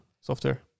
software